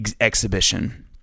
exhibition